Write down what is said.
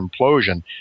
implosion